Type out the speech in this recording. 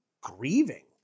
grieving